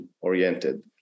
oriented